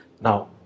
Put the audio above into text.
Now